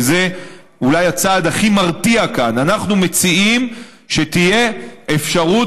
כי זה אולי הצעד הכי מרתיע כאן: אנחנו מציעים שתהיה אפשרות,